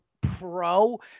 pro